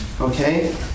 Okay